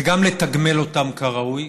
זה גם לתגמל אותם כראוי,